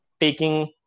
taking